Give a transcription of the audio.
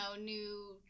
new